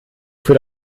für